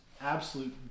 absolute